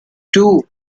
two